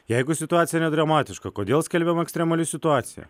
jeigu situacija nedramatiška kodėl skelbiama ekstremali situacija